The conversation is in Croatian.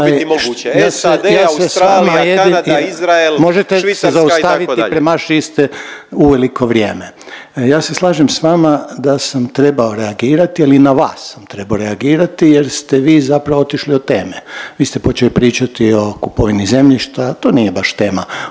Možete se zaustaviti premašili ste uveliko vrijeme. Ja se slažem s vama da sam trebao reagirati, ali na vas sam trebao reagirati jer ste vi zapravo otišli od teme. Vi ste počeli pričati o kupovini zemljišta, to nije baš tema